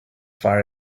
far